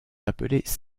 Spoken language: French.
appelées